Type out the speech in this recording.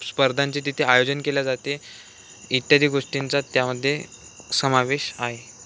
स्पर्धांचे तिथे आयोजन केले जाते इत्यादी गोष्टींचा त्यामध्ये समावेश आहे